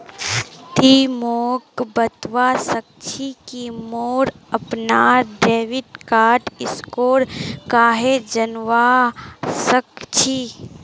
ति मोक बतवा सक छी कि मोर अपनार डेबिट कार्डेर स्कोर कँहे जनवा सक छी